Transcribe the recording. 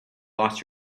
lost